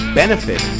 benefit